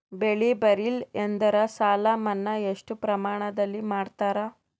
ಬೆಳಿ ಬರಲ್ಲಿ ಎಂದರ ಸಾಲ ಮನ್ನಾ ಎಷ್ಟು ಪ್ರಮಾಣದಲ್ಲಿ ಮಾಡತಾರ?